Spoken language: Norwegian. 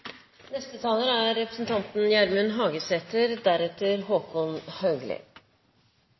Neste taler er representanten Håkon Haugli